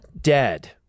dead